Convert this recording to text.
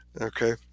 okay